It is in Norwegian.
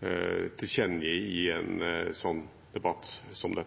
bør tilkjennegi i en debatt som